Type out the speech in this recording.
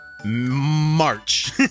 March